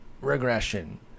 regression